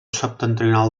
septentrional